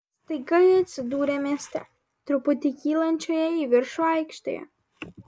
staiga jie atsidūrė mieste truputį kylančioje į viršų aikštėje